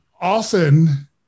often